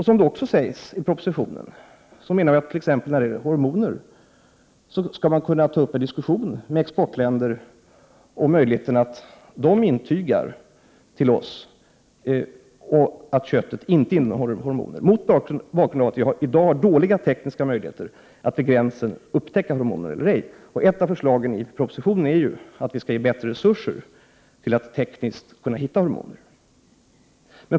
Som det också sägs i propositionen menar vi att man skall kunna ta upp en diskussion med exportländer om t.ex. möjligheten att de intygar att kött inte innehåller hormoner, mot bakgrund av att vi i dag har dåliga tekniska möjligheter att vid gränsen upptäcka om kött innehåller hormoner. Ett av förslagen i propositionen innebär att vi skall ge bättre tekniska resurser för att man skall kunna hitta hormoner.